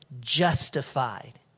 justified